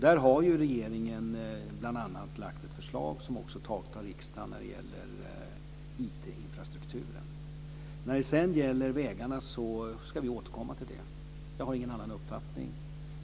Där har regeringen bl.a. lagt fram ett förslag, som också har antagits av riksdagen, om Itinfrastrukturen. Vi ska återkomma till frågan om vägarna. Jag har ingen annan uppfattning.